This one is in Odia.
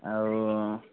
ଆଉ